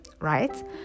right